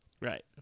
Right